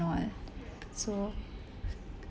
what so